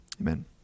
amen